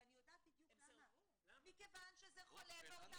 ואני יודעת בדיוק למה מכוון שזה חולה באותה